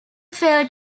failed